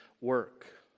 work